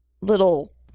little